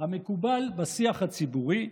המקובל בשיח הציבורי,